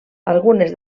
algunes